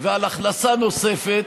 ועל הכנסה נוספת,